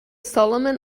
solomon